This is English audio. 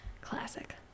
Classic